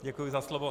Děkuji za slovo.